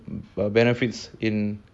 want to live